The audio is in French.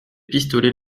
pistolets